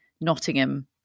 Nottingham